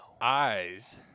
eyes